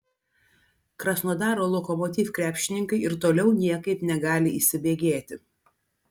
krasnodaro lokomotiv krepšininkai ir toliau niekaip negali įsibėgėti